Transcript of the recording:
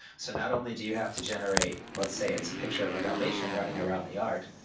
so not only do you have to generate, let's say it's a picture of a dalmatian running around the yard,